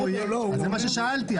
זה מה ששאלתי.